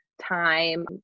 time